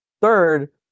Third